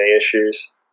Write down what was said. issues